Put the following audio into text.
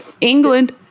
England